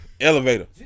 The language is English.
Elevator